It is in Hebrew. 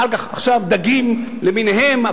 עכשיו דגים למיניהם,